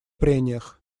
прениях